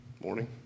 Morning